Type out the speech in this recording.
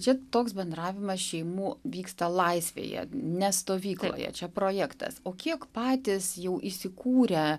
čia toks bendravimas šeimų vyksta laisvėje ne stovykloje čia projektas o kiek patys jau įsikūrę